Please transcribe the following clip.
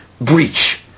breach